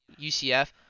UCF